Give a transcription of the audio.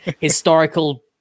historical